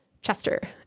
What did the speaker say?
Chester